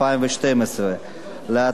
להצעות חוק נפרדות,